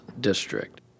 district